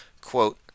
quote